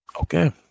Okay